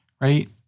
right